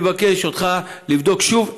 אני מבקש ממך שתבדוק שוב,